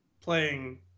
Playing